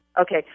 Okay